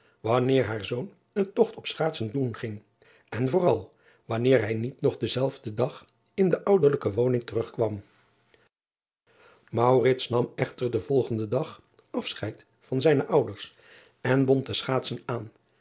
wanneer haar zoon een togt op schaatsen doen ging en vooral wanneer hij niet nog denzelfden dag in de ou driaan oosjes zn et leven van aurits ijnslager derlijke woning terugkwam nam echter den volgenden dag asscheid van zijne ouders en bond de schaatsen aan